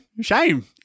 shame